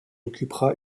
occupera